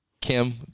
Kim